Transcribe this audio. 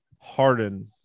harden